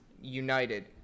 United